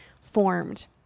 formed